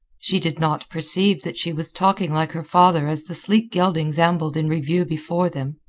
she did not perceive that she was talking like her father as the sleek geldings ambled in review before them.